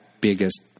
biggest